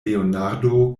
leonardo